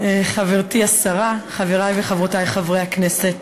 חברתי השרה, חברי וחברותי חברי הכנסת,